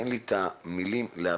אין לי את המילים להביע.